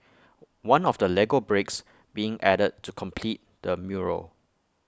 one of the Lego bricks being added to complete the mural